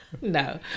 No